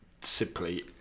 simply